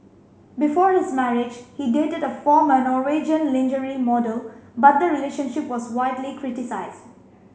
before his marriage he dated a former Norwegian lingerie model but the relationship was widely criticised